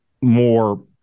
more